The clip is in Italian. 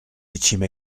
cime